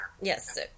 Yes